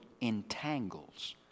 entangles